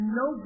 no